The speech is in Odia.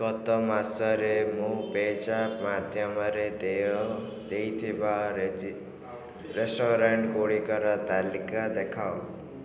ଗତ ମାସରେ ମୁଁ ପେ ଜାପ୍ ମାଧ୍ୟମରେ ଦେୟ ଦେଇଥିବା ରେଜି ରେଷ୍ଟୁରାଣ୍ଟ ଗୁଡ଼ିକର ତାଲିକା ଦେଖାଅ